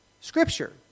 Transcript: Scripture